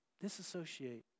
Disassociate